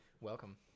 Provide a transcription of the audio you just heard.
Welcome